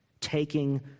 taking